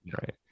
Right